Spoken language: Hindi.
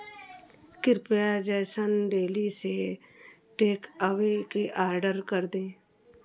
कृपया जैसन डेली से टेक अवे के आर्डर कर दे